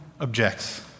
objects